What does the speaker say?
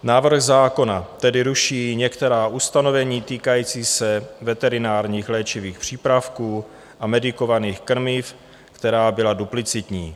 Návrh zákona tedy ruší některá ustanovení týkající se veterinárních léčivých přípravků a medikovaných krmiv, která byla duplicitní.